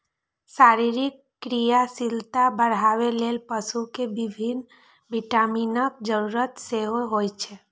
शरीरक क्रियाशीलता बढ़ाबै लेल पशु कें विभिन्न विटामिनक जरूरत सेहो होइ छै